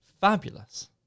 fabulous